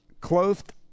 clothed